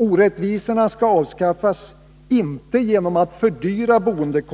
Orättvisorna skall avskaffas, inte genom att boendet